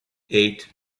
eight